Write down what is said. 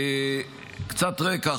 קצת רקע.